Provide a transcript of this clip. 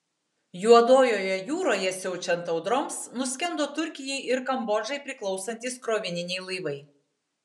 juodojoje jūroje siaučiant audroms nuskendo turkijai ir kambodžai priklausantys krovininiai laivai